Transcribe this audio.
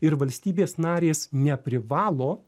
ir valstybės narės neprivalo